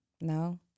no